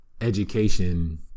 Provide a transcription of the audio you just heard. education